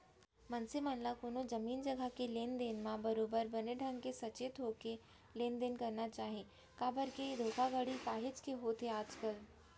मनसे मन ल कोनो जमीन जघा के लेन देन म बरोबर बने ढंग के सचेत होके लेन देन करना चाही काबर के धोखाघड़ी काहेच के होवत हे आजकल